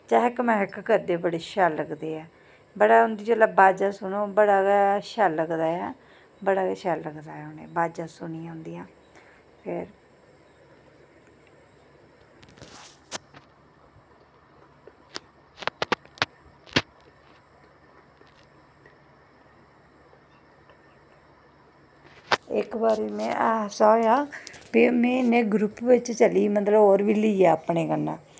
चैह्क मैह्क करदे बड़े शैल लगदे ऐ जिसलै उं'दी अवाजां सुनो बड़ा गै शैल लगदा ऐ बड़ा गै शैल लगदा ऐ अवाजां सुनियै उं'दियां ते इक बारी में ऐसा होआ में इ'यां ग्रुप बिच्च चली होर बी लेइयै अपनै कन्नै